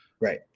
Right